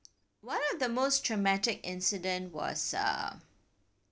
one of the most traumatic incident was uh